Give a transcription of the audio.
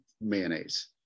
mayonnaise